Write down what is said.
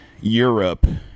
Europe